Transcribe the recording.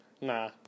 Nah